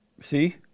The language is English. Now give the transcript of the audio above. See